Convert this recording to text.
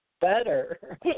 better